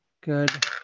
good